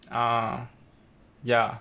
ah ya